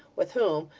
with whom,